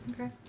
Okay